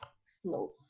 slow